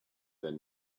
that